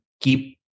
keep